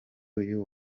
uyu